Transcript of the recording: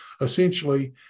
essentially